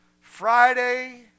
Friday